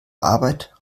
arbeit